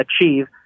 achieve